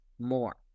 more